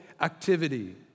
activity